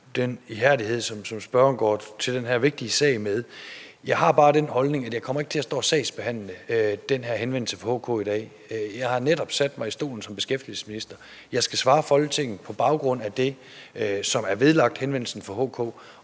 den ihærdighed, som spørgeren går til den her vigtige sag med. Jeg har bare den holdning, at jeg ikke kommer til at stå og sagsbehandle den her henvendelse fra HK i dag. Jeg har netop sat mig i stolen som beskæftigelsesminister. Jeg skal svare Folketinget på baggrund af det, som er vedlagt henvendelsen fra HK,